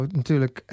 natuurlijk